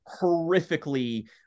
horrifically